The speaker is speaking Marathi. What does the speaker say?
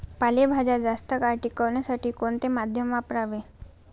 पालेभाज्या जास्त काळ टिकवण्यासाठी कोणते माध्यम वापरावे?